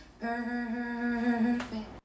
perfect